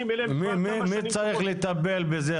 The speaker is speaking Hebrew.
מי צריך לטפל בזה,